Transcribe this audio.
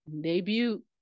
debut